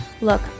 Look